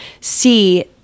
see